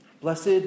Blessed